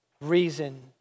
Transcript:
reason